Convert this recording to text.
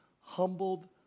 humbled